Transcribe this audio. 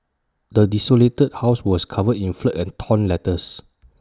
the desolated house was covered in filth and torn letters